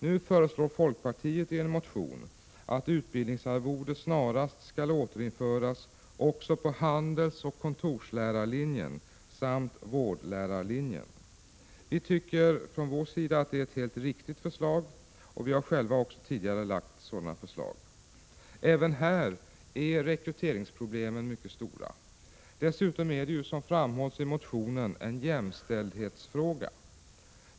Nu föreslår folkpartiet i en motion att utbildningsarvode snarast skall återinföras också på handelsoch kontorslärarlinjen samt vårdlärarlinjen. Vi tycker att det är ett helt riktigt förslag, och vi har själva tidigare också lagt fram ett sådant förslag. Även när det gäller denna utbildning är rekryteringsproblemen mycket stora. Dessutom är detta, som framhålls i motionen, en jämställdhetsfråga.